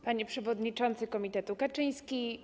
Panie Przewodniczący Komitetu Kaczyński!